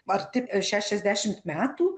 arti šešiasdešimt metų